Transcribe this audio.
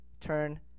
turn